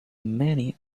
many